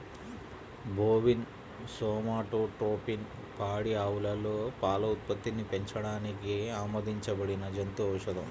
bovine somatotropin పాడి ఆవులలో పాల ఉత్పత్తిని పెంచడానికి ఆమోదించబడిన జంతు ఔషధం